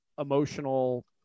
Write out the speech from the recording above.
emotional